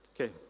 Okay